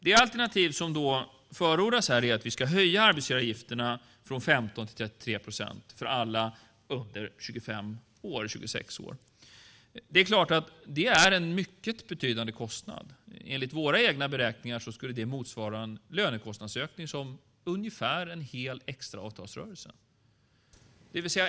Det alternativ som förordas här är att vi ska höja arbetsgivaravgifterna från 15 till 33 procent för alla under 26 år. Det är en mycket betydande kostnad. Enligt våra egna beräkningar skulle det motsvara en lönekostnadsökning som ungefär en hel extra avtalsrörelse.